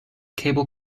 cable